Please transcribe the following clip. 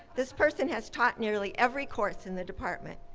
this person has taught nearly every course in the department.